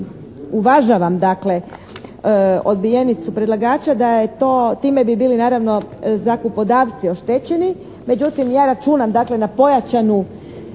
uvažavam dakle odbijenicu predlagača da je to, time bi bili naravno zakupodavci oštećeni, međutim ja računam dakle na pojačanu